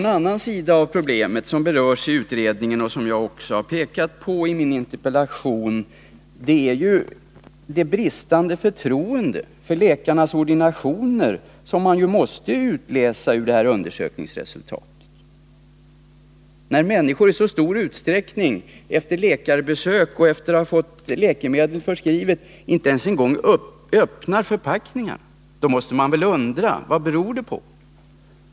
En annan sida av saken, som berörs i utredningen och som också jag pekat på i min interpellation, är det bristande förtroende för läkarnas ordinationer som man måste utläsa ur undersökningsresultatet. När människor i så stor utsträckning, efter läkarbesök och efter att ha fått läkemedel förskrivet, inte ens en gång öppnar förpackningarna måste man väl undra vad det beror på.